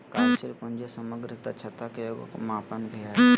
कार्यशील पूंजी समग्र दक्षता के एगो मापन भी हइ